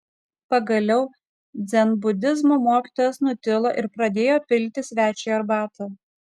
pagaliau dzenbudizmo mokytojas nutilo ir pradėjo pilti svečiui arbatą